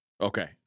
Okay